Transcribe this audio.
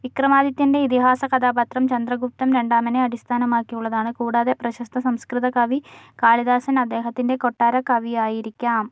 വിക്രമാദിത്യൻ്റെ ഇതിഹാസ കഥാപാത്രം ചന്ദ്രഗുപ്തൻ രണ്ടാമനെ അടിസ്ഥാനമാക്കിയുള്ളതാണ് കൂടാതെ പ്രശസ്ത സംസ്കൃതകവി കാളിദാസൻ അദ്ദേഹത്തിൻ്റെ കൊട്ടാര കവിയായിരിക്കാം